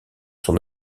son